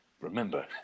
remember